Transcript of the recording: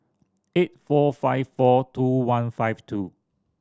eight four five four two one five two